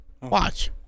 Watch